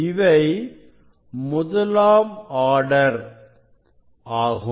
இவை முதலாம் ஆர்டர் ஆகும்